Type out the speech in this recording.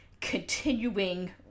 continuing